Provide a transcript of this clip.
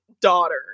daughter